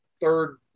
third